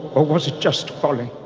or was it just folly?